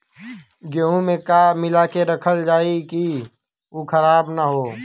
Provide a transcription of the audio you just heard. गेहूँ में का मिलाके रखल जाता कि उ खराब न हो?